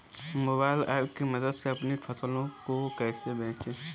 Mobile app की मदद से अपनी फसलों को कैसे बेचें?